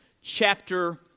chapter